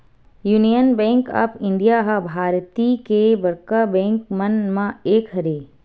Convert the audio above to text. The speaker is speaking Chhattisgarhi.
युनियन बेंक ऑफ इंडिया ह भारतीय के बड़का बेंक मन म एक हरय